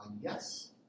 yes